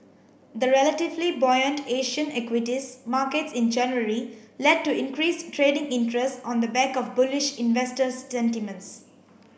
the relatively buoyant Asian equities markets in January led to increased trading interest on the back of bullish investor sentiments